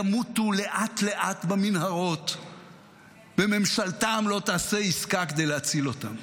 ימותו לאט-לאט במנהרות וממשלתם לא תעשה עסקה כדי להציל אותם?